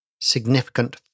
significant